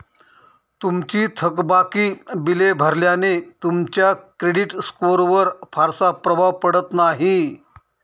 तुमची थकबाकी बिले भरल्याने तुमच्या क्रेडिट स्कोअरवर फारसा प्रभाव पडत नाही